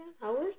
Howard